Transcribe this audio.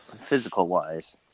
Physical-wise